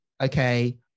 okay